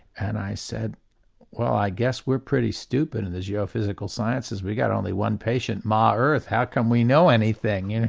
and i said well i guess we're pretty stupid in the geophysical sciences, we've got only one patient ma earth, how can we know anything?